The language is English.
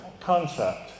concept